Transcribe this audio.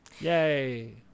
Yay